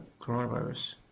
coronavirus